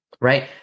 Right